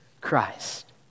Christ